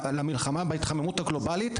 במלחמה בהתחממות הגלובאלית,